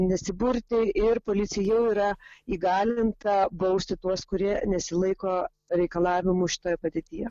nesiburti ir policija jau yra įgalinta bausti tuos kurie nesilaiko reikalavimų šitoje padėtyje